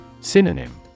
Synonym